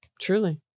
Truly